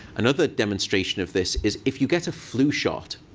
another demonstration of this is if you get a flu shot,